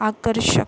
आकर्षक